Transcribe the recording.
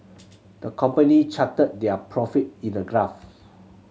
the company charted their profit in a graph